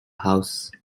house